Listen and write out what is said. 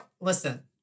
listen